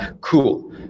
Cool